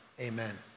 Amen